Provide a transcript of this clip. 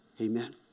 Amen